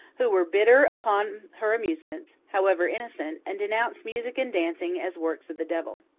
who were bitter upon her amusements, however innocent, and denounced music and dancing as works of the devil.